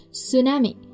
tsunami